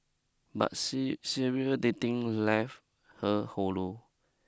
but serial serial dating left her hollow